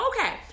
Okay